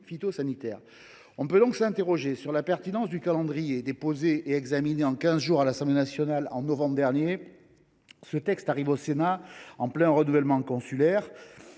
phytosanitaires. On peut s’interroger sur la pertinence du calendrier : déposé et examiné en quinze jours à l’Assemblée nationale au mois de novembre dernier, ce texte arrive au Sénat en plein renouvellement consulaire.